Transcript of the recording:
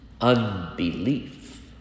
unbelief